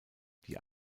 die